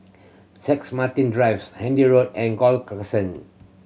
Martin Drives Handy Road and Gul Crescent